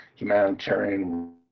humanitarian